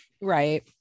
Right